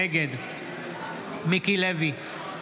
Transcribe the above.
נגד מיקי לוי,